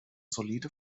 solide